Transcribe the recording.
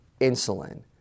insulin